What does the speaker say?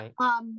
Right